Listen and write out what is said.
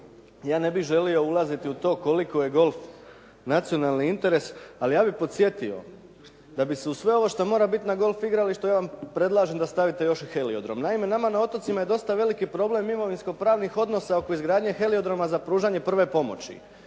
ja ne bih želio ulaziti u to koliko je golf nacionalni interes, ali ja bih podsjetio da bi se uz sve ovo što mora biti na golf igralištu ja vam predlažem da vi stavite još i heliodrom. Naime, nama na otocima je dosta veliki problem imovinsko-pravnih odnosa oko izgradnje heliodroma za pružanje prve pomoći.